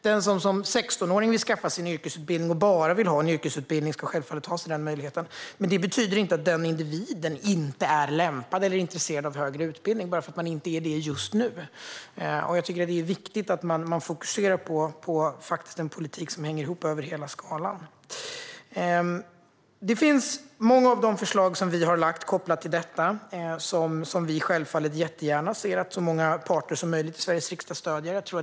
Den som vid 16 års ålder vill skaffa sig bara en yrkesutbildning ska självklart ha den möjligheten, men det betyder inte att den individen inte är lämpad eller intresserad av högre utbildning bara för att denne inte är det just nu. Det är viktigt att fokusera på en politik som hänger ihop över hela skalan. Många av de förslag vi har lagt fram ser vi gärna att så många parter som möjligt i Sveriges riksdag stöder.